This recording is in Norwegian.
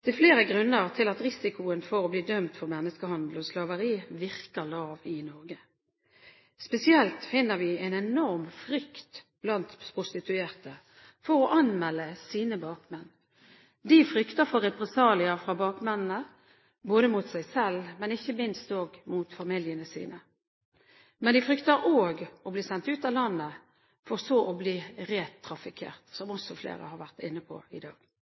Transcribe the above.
Det er flere grunner til at risikoen for å bli dømt for menneskehandel og slaveri virker lav i Norge. Spesielt finner vi en enorm frykt blant prostituerte for å anmelde sine bakmenn. De frykter for represalier fra bakmennene, både mot seg selv og ikke minst mot familiene sine. Men de frykter også å bli sendt ut av landet, for så å bli «re-trafikkert», som også flere har vært inne på i dag.